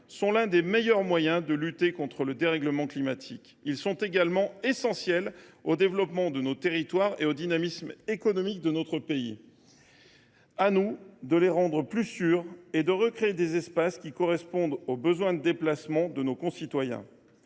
sont l’un des meilleurs moyens de lutter contre le dérèglement climatique. Ils sont également essentiels au développement de nos territoires et au dynamisme économique de notre pays. Il nous revient de les rendre plus sûrs et de recréer des espaces qui correspondent aux besoins de déplacement de nos concitoyens.